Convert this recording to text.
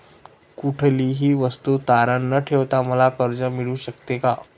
कुठलीही वस्तू तारण न ठेवता मला कर्ज मिळू शकते का?